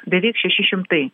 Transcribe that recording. beveik šeši šimtai